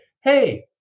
hey